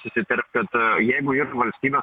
įsiterpt kad jeigu yr valstybės